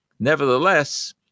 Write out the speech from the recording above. Nevertheless